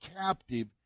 captive